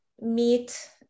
meet